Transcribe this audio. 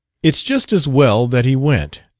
it's just as well that he went,